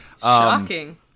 Shocking